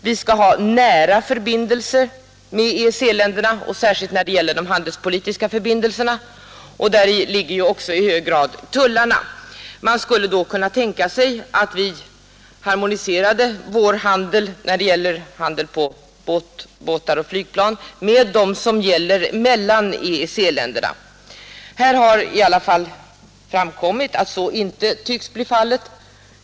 Vi skall ha nära förbindelser med EEC-länderna, har det sagts i avtalsförslaget. Och särskilt gäller detta de handelspolitiska förbindelserna — och däri inrymmes också tullfrågorna. Man skulle då kunna tänka sig att vi harmoniserade våra bestämmelser för handel på båtar och flygplan med dem som gäller för sådan trafik mellan EEC-länderna. Det har nu framkommit att så inte tycks bli fallet.